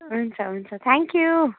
हुन्छ हुन्छ thank you